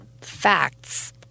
facts